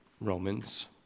Romans